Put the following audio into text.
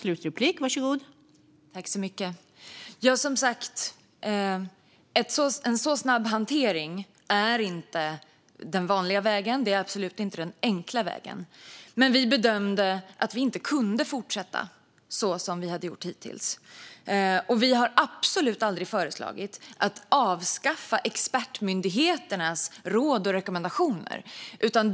Fru talman! En så snabb hantering är inte den vanliga vägen. Det är absolut inte den enkla vägen, men vi bedömde att vi inte kunde fortsätta som vi hade gjort hittills. Vi har aldrig föreslagit att avskaffa expertmyndigheternas råd och rekommendationer.